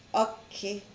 okay